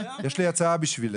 יש לי הצעה בשבילך,